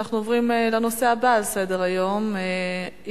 אנחנו עוברים לנושא הבא על סדר-היום: אי-אכיפת